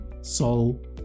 soul